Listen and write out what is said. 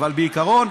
בעיקרון,